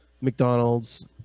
mcdonald's